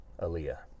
Aaliyah